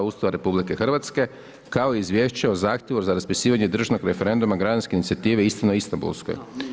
Ustava RH Kao i: - Izvješće o zahtjevu za raspisivanje državnog referenduma građanske inicijative „Istina o Istanbulskoj“